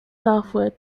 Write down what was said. southward